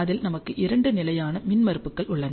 அதில் நமக்கு இரண்டு நிலையான மின்மறுப்புகள் உள்ளன